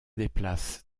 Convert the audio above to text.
déplace